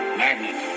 magnet